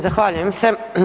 Zahvaljujem se.